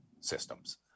systems